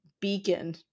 beacon